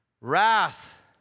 wrath